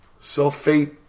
sulfate